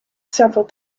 several